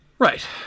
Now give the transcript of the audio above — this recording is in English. Right